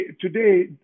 today